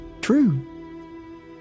true